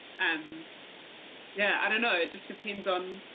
um yeah, i don't know, it just depends on,